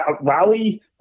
rally